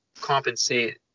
compensate